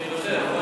אני מוותר.